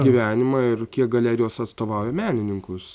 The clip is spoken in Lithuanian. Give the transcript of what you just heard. gyvenimą ir kiek galerijos atstovauja menininkus